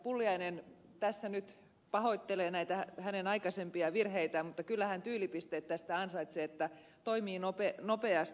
pulliainen tässä nyt pahoittelee näitä aikaisempia virheitään mutta kyllä hän tyylipisteet tästä ansaitsee että toimii nopeasti